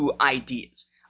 ideas